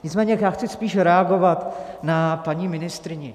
Nicméně já chci spíš reagovat na paní ministryni.